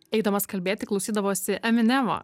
eidamas kalbėti klausydavosi eminemo